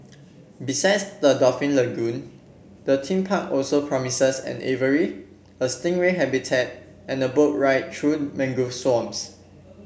besides the dolphin lagoon the theme park also promises an aviary a stingray habitat and boat ride through mangrove swamps